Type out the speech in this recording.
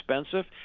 expensive